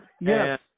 Yes